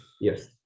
Yes